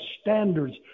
standards